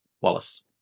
Wallace